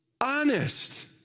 Honest